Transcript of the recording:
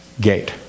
gate